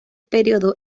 periodo